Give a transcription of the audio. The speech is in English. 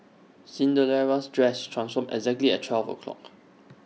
Cinderella's dress transformed exactly at twelve o'clock